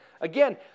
Again